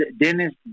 Dennis